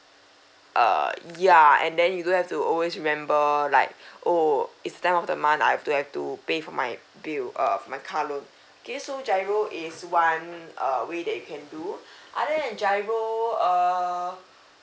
err ya and then you don't have to always remember like oh it's time of the month I've to have to pay for my bill uh my car loan okay so GIRO is one uh wat that you can do other than GIRO err